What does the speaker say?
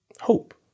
hope